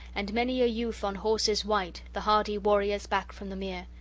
and many a youth, on horses white, the hardy warriors, back from the mere.